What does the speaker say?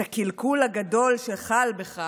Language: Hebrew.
את הקלקול הגדול שחל בך